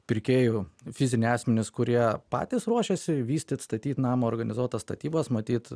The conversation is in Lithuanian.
pirkėjų fiziniai asmenys kurie patys ruošiasi vystyt statyt namą organizuot tas statybas matyt